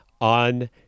on